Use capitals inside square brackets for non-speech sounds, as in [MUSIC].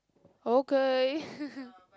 okay [LAUGHS]